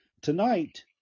tonight